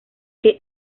que